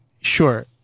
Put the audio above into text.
sure